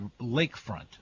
lakefront